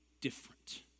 different